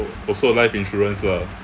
al~ also life insurance lah